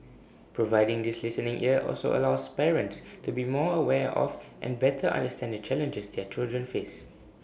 providing this listening ear also allows parents to be more aware of and better understand the challenges their children face